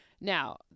Now